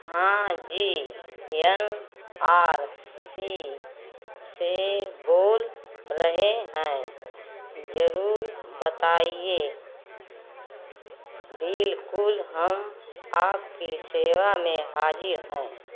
हाँ जी N R C से बोल रहे हैं जरूर बताइए बिलकुल हम आपकी सेवा में हाज़िर हैं